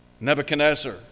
Nebuchadnezzar